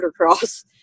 motocross